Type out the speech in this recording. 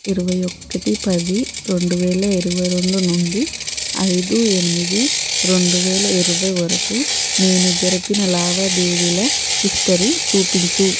ఇరవై ఒకటి పది రెండు వేల ఇరవై రెండు నుండి ఐదు ఎనిమిది రెండు వేల ఇరవై వరకు నేను జరిపిన లావాదేవీల హిస్టరీ చూపించు